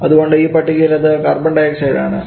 അതുകൊണ്ട് ഈ പട്ടികയിൽ ഇത് കാർബൺഡയോക്സൈഡ് ആണ്